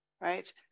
right